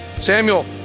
Samuel